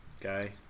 guy